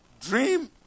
dream